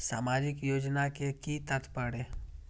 सामाजिक योजना के कि तात्पर्य?